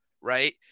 Right